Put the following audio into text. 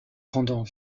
rendant